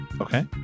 Okay